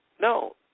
No